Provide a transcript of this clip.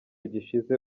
gishize